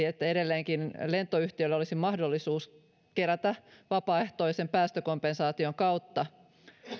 että edelleenkin lentoyhtiöillä olisi mahdollisuus kerätä vapaaehtoisen päästökompensaation kautta